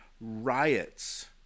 riots